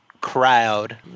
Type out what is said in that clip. crowd